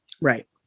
Right